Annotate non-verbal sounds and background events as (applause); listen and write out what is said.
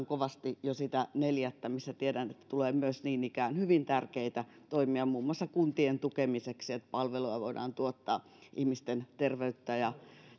(unintelligible) kovasti jo sitä neljättä kun tiedän että myös siinä tulee niin ikään hyvin tärkeitä toimia muun muassa kuntien tukemiseksi että palveluja voidaan tuottaa ihmisten terveyttä ja